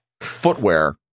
Footwear